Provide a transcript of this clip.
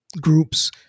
groups